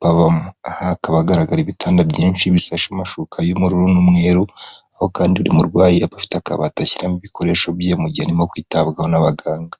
babamo, aha hakaba hagaragara ibitanda byinshi bisashe amashuka y'ubururu n'umweru, aho kandi buri murwayi aba afite akabati ashyiramo ibikoresho bye mu gihe arimo kwitabwaho n'abaganga.